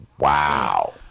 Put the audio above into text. Wow